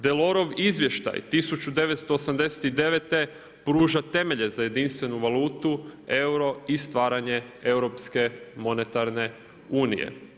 Delorov izvještaj 1989. pruža temelje za jedinstvenu valutu euro i stvaranje Europske monetarne unije.